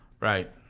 Right